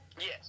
Yes